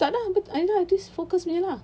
takde I just focus punya lah